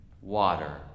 water